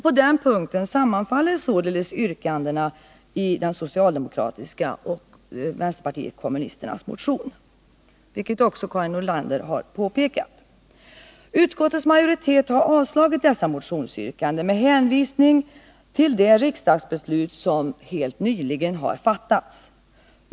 På den punkten sammanfaller yrkandena i den socialdemokratiska motionen och vänsterpartiet kommunisternas motion, vilket också Karin Nordlander påpekat. Utskottets majoritet har avstyrkt dessa motionsyrkanden med hänvisning till det riksdagsbeslut som nyligen har fattats.